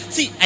See